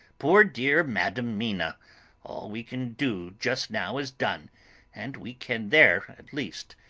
poor dear madam mina. all we can do just now is done and we can there, at least,